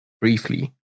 briefly